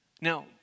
Now